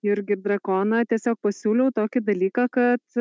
jurgį ir drakoną tiesiog pasiūliau tokį dalyką kad